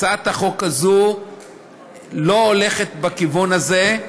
הצעת החוק הזו לא הולכת בכיוון הזה,